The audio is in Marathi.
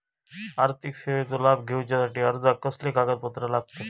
आर्थिक सेवेचो लाभ घेवच्यासाठी अर्जाक कसले कागदपत्र लागतत?